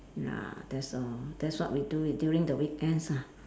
ya that's all that's what we do during the weekends ah